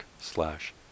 slash